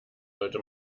sollte